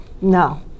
no